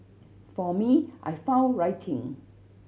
for me I found writing